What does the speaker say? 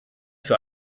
für